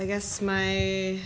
i guess my